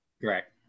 Correct